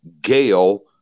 Gail